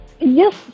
Yes